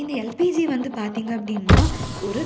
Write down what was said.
இந்த எல்பிஜி வந்து பார்த்தீங்க அப்படின்னா ஒரு